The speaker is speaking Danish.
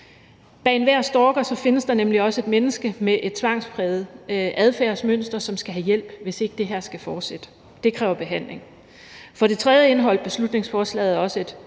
Bag enhver stalker findes der nemlig også et menneske med et tvangspræget adfærdsmønster, som skal have hjælp, hvis det her ikke skal fortsætte – det kræver behandling. For det tredje indeholdt beslutningsforslaget også et